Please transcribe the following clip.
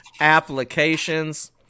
applications